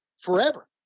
forever